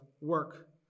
work